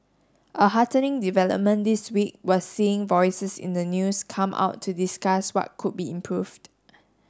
a heartening development this week was seeing voices in the news come out to discuss what could be improved